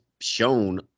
shown